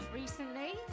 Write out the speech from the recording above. recently